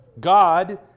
God